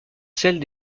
celles